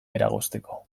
eragozteko